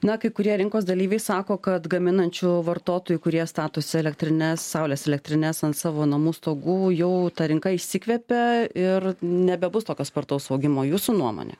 na kai kurie rinkos dalyviai sako kad gaminančių vartotojų kurie statosi elektrinę saulės elektrines ant savo namų stogų jau ta rinka išsikvepia ir nebebus tokio spartaus augimo jūsų nuomone